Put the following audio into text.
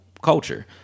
culture